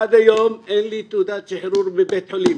עד היום אין לי תעודת שחרור מבית חולים.